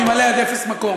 אני מלא עד אפס מקום,